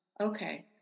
Okay